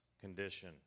condition